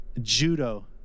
Judo